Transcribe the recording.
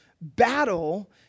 battle